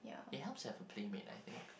it helps to have a playmate I think